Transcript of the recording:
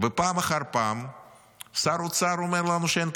ופעם אחר פעם שר האוצר אומר לנו שאין כסף.